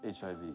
HIV